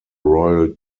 royal